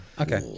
Okay